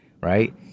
right